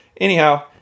Anyhow